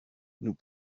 nous